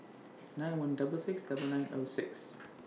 nine one double six double nine O six